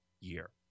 year